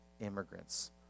immigrants